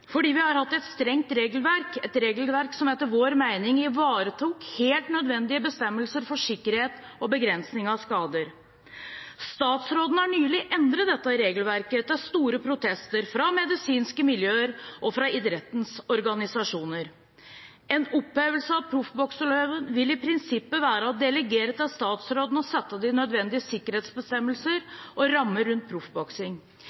fordi vi har hatt et strengt regelverk, et regelverk som etter vår mening ivaretok helt nødvendige bestemmelser for sikkerhet og begrensning av skader. Statsråden har nylig endret dette regelverket, til store protester fra medisinske miljøer og fra idrettens organisasjoner. En opphevelse av proffbokseloven vil i prinsippet være å delegere til statsråden å sette de nødvendige